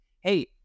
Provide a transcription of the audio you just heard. Hey